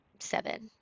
seven